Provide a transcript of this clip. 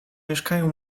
mieszkają